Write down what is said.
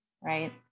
right